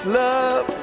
love